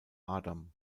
adam